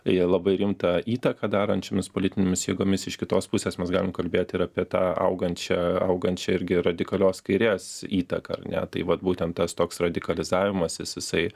jie labai rimtą įtaką darančiomis politinėmis jėgomis iš kitos pusės mes galim kalbėt ir apie tą augančią augančią irgi radikalios kairės įtaką ar ne tai vat būtent tas toks radikalizavimasis jis jisai